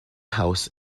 house